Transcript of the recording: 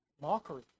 Mockery